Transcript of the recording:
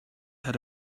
had